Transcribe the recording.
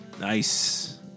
Nice